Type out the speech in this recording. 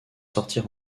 sortir